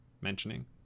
mentioning